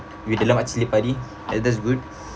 with a lot of chilli padi ya that's good